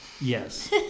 yes